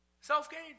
self-gain